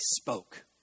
spoke